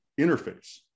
interface